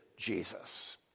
Jesus